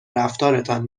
رفتارتان